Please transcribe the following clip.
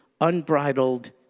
unbridled